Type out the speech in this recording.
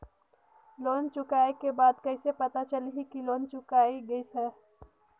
Loan चुकाय के बाद कइसे पता चलही कि लोन चुकाय गिस है?